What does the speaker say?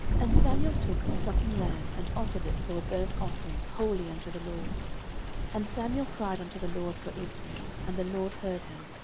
and samuel took a sucking lamb, and offered it for a burnt offering wholly unto the lord and samuel cried unto the lord for israel and the lord heard him.